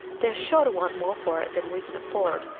they're sure to want more for it than we can afford.